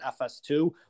fs2